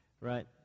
Right